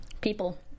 People